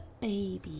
baby